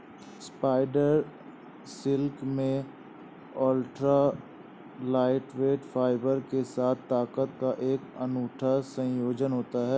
spider silk में ultra lightweight fibre के साथ ताकत का एक अनूठा संयोजन होता है